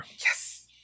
Yes